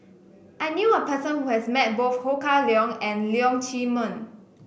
I knew a person who has met both Ho Kah Leong and Leong Chee Mun